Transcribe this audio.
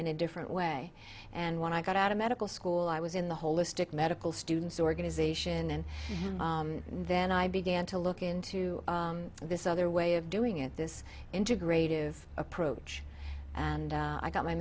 in a different way and when i got out of medical school i was in the holistic medical students organisation and then i began to look into this other way of doing it this integrative approach and i got my